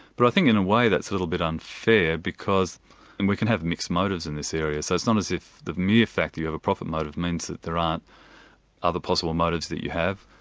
but i think in a way that's a little bit unfair because and we can have mixed motives in this area, so it's not as if the mere fact you have a profit motive means that there aren't other possible motives that you have,